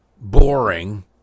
boring